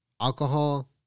alcohol